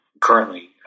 currently